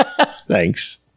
Thanks